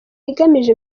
igamije